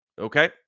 Okay